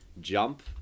jump